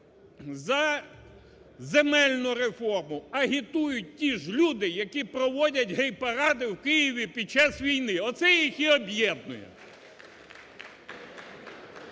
за земельну реформу агітують ті ж люди, які проводять гей-паради у Києві під час війни. Оце їх і об'єднує!